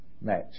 match